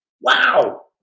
Wow